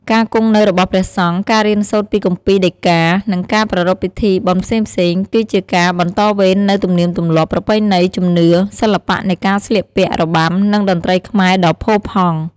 ការគង់នៅរបស់ព្រះសង្ឃ ការរៀនសូត្រពីគម្ពីរដីកា និងការប្រារព្ធពិធីបុណ្យផ្សេងៗ គឺជាការបន្តវេននូវទំនៀមទម្លាប់ ប្រពៃណី ជំនឿ សិល្បៈនៃការស្លៀកពាក់ របាំ និងតន្ត្រីខ្មែរដ៏ផូរផង់។